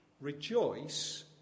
rejoice